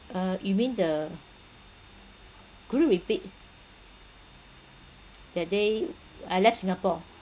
uh you mean the could you repeat that day I left singapore